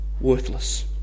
worthless